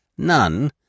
None